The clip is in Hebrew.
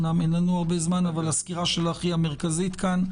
היא הסקירה המרכזית כאן.